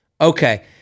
okay